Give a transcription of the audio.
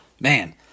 Man